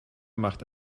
macht